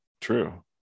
true